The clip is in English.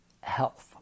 health